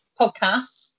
podcasts